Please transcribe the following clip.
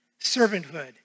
servanthood